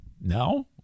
no